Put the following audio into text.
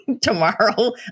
tomorrow